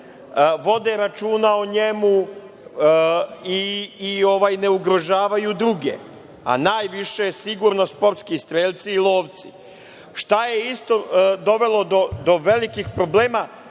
vode računa o njemu i ne ugrožavaju druge, a najviše sigurno sportski strelci i lovci. Šta je isto dovelo do velikih problema,